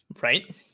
right